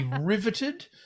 riveted